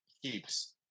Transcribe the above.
heaps